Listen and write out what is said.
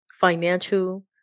financial